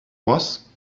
was